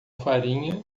farinha